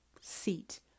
seat